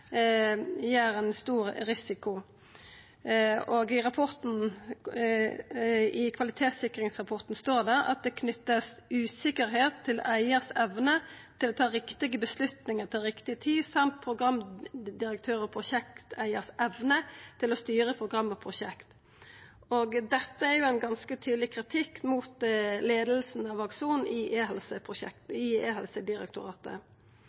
ein stor risiko. I kvalitetssikringsrapporten står det at det vert knytt usikkerheit til eigaren si evne til å ta riktige avgjerder til riktig tid, og til programdirektøren og prosjekteigaren si evne til å styra program og prosjekt. Dette er ein ganske tydeleg kritikk mot leiinga av Akson i